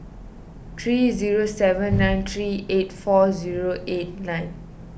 three zero seven nine three eight four zero eight nine